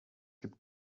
gibt